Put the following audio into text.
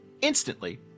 instantly